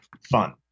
fun